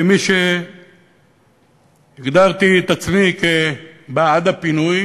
כמי שהגדרתי את עצמי כבעד הפינוי